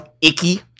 Icky